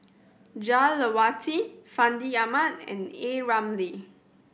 Jah Lelawati Fandi Ahmad and A Ramli